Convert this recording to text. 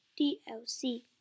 DLC